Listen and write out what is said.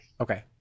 Okay